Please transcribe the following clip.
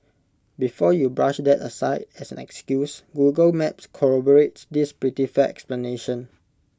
before you brush that aside as an excuse Google maps corroborates this pretty fair explanation